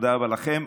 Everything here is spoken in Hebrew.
תודה רבה לכם.